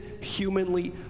humanly